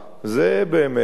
באמת,